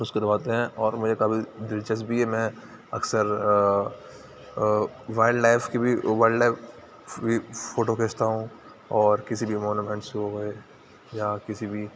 کچھ کرواتے ہیں اور مجھے کافی دلچسپی ہے میں اکثر وائلڈ لائف کے بھی ورلڈ لائف بھی فوٹو بھیجتا ہوں اور کسی بھی مونومینٹس کے ہو گٮٔے یا کسی بھی